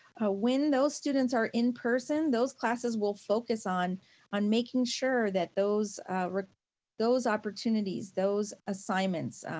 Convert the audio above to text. ah when those students are in-person, those classes will focus on on making sure that those those opportunities, those assignments,